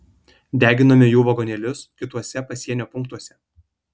deginome jų vagonėlius kituose pasienio punktuose